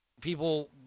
People